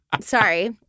Sorry